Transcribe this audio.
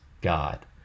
god